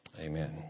Amen